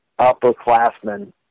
upperclassmen